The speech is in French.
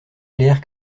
clairs